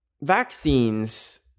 vaccines